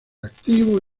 activo